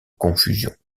confusion